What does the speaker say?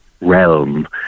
realm